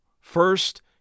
First